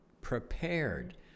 prepared